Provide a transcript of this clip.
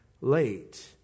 late